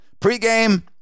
pregame